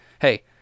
hey